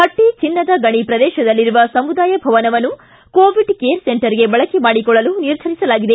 ಪಟ್ಟಿ ಚಿನ್ನದ ಗಣಿ ಪ್ರದೇಶದಲ್ಲಿರುವ ಸಮುದಾಯ ಭವನವನ್ನು ಕೋವಿಡ್ ಕೇರ್ ಸೆಂಟರ್ಗೆ ಬಳಕೆ ಮಾಡಿಕೊಳ್ಳಲು ನಿರ್ಧರಿಸಲಾಗಿದೆ